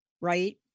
right